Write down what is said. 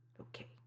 okay